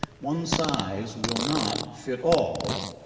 one size will not fit all.